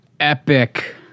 epic